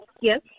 Yes